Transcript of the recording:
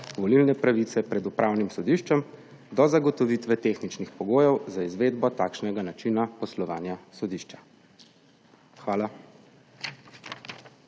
volilne pravice pred upravnim sodiščem do zagotovitve tehničnih pogojev za izvedbo takšnega načina poslovanja sodišča. Hvala.